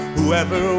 Whoever